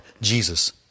Jesus